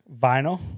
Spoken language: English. vinyl